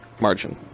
margin